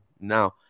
Now